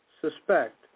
suspect